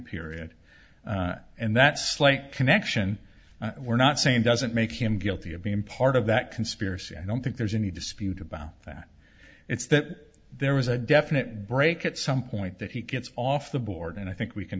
period and that slight connection we're not saying doesn't make him guilty of being part of that conspiracy i don't think there's any dispute about that it's that there was a definite break at some point that he gets off the board and i think we can